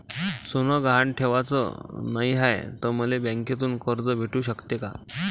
सोनं गहान ठेवाच नाही हाय, त मले बँकेतून कर्ज भेटू शकते का?